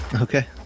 Okay